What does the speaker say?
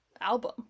album